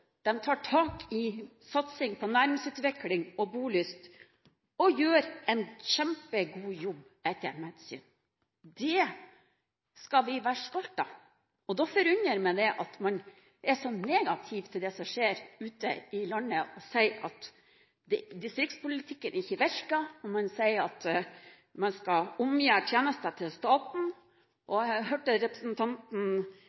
tar tak i satsing på næringsutvikling og bolyst og gjør en kjempegod jobb etter mitt syn. Det skal vi være stolte av. Da forundrer det meg at man er så negativ til det som skjer ute i landet, og sier at distriktspolitikken ikke virker, og at man skal omgjøre tjenester til staten.